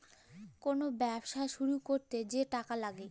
call ব্যবছা শুরু ক্যইরতে গ্যালে যে টাকা ল্যাগে